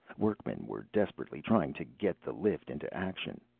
workmen were desperately trying to get the lift into action.